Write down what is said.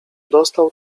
dostał